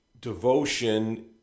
devotion